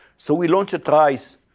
so we launch at rice,